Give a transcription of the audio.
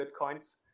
Bitcoins